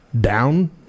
down